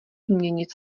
změnit